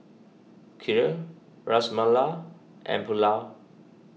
Kheer Ras Malai and Pulao